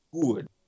good